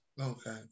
Okay